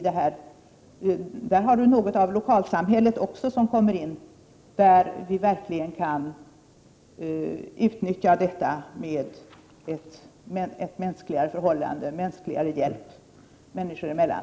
Där kommer också något av lokalsamhället in, där vi kan utnyttja ett mänskligare förhållande och hjälp människor emellan.